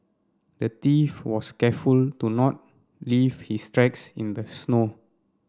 the thief was careful to not leave his tracks in the snow